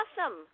awesome